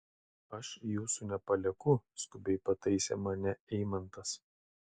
aš jūsų nepalieku skubiai pataisė mane eimantas